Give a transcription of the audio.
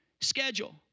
schedule